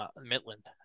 Midland